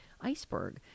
iceberg